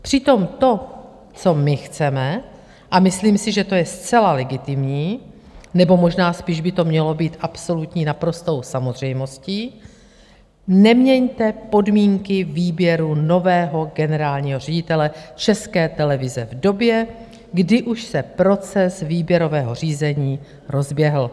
Přitom to, co my chceme, a myslím si, že to je zcela legitimní, nebo možná spíš by to mělo být absolutní naprostou samozřejmostí, neměňte podmínky výběru nového generálního ředitele České televize v době, kdy už se proces výběrového řízení rozběhl.